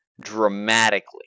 Dramatically